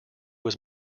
was